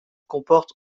comporte